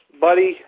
buddy